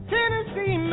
Tennessee